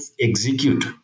execute